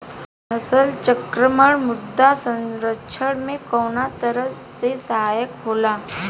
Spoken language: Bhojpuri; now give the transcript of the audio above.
फसल चक्रण मृदा संरक्षण में कउना तरह से सहायक होला?